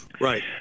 Right